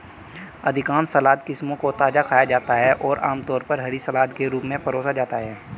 अधिकांश सलाद किस्मों को ताजा खाया जाता है और आमतौर पर हरी सलाद के रूप में परोसा जाता है